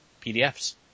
PDFs